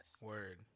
Word